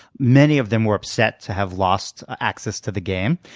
many of them were upset to have lost access to the game,